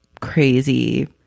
crazy